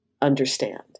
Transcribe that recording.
understand